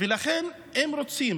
לכן אם רוצים